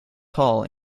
tall